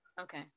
okay